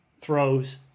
throws